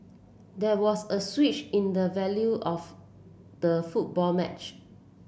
there was a switch in the value of the football match